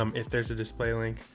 um if there's a display link,